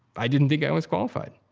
i didn't think i was qualified.